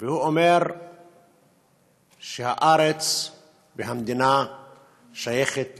והוא אומר שהארץ והמדינה שייכות ליהודים,